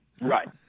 Right